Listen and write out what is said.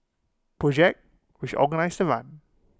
project which organised the run